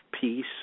peace